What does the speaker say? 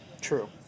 True